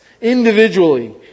individually